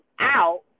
out